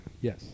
yes